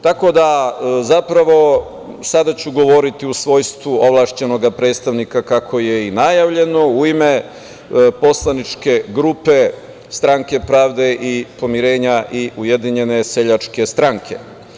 Tako da, zapravo, sada ću govoriti u svojstvu ovlašćenog predstavnika kako je i najavljeno u ime poslaničke grupe Stranke pravde i pomirenja i Ujedinjene seljačke stranke.